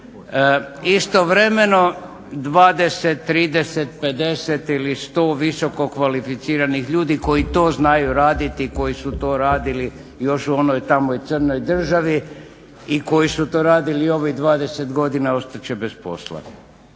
Istovremeno 20, 30, 50 ili 100 visokokvalificiranih ljudi koji to znaju raditi i koji su to radili još u onoj tamo crnoj državi i koji su to radili ovih 20 godina ostat će bez posla.